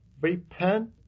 Repent